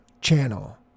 channel